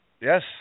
Yes